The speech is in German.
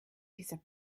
dieser